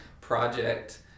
project